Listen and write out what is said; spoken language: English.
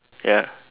ya